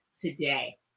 today